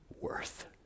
worth